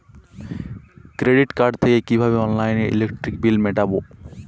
Credit card থেকে কিভাবে অনলাইনে ইলেকট্রিক বিল মেটাবো?